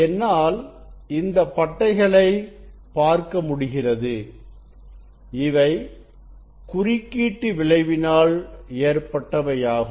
என்னால் இந்த பட்டைகளை பார்க்க முடிகிறது இவை குறுக்கீட்டு விளைவுவினால் ஏற்பட்டவையாகும்